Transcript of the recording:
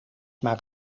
maar